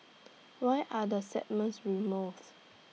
why are the segments removed